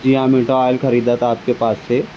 جی ہاں منٹو آئل خریدا تھا آپ کے پاس سے